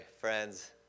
friends